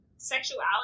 sexuality